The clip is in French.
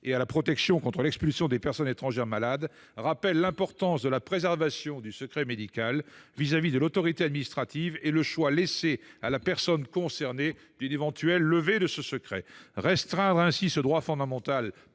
et à la protection contre l’expulsion des personnes étrangères malades rappellent l’importance de la préservation du secret médical par rapport à l’autorité administrative et le choix laissé à la personne concernée d’une éventuelle levée de ce secret. Restreindre ainsi ce droit fondamental,